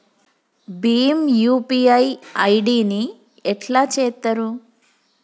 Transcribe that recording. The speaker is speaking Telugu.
భీమ్ యూ.పీ.ఐ ఐ.డి ని ఎట్లా చేత్తరు?